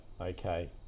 okay